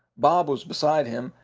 bob was beside him,